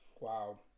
Wow